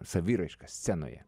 saviraišką scenoje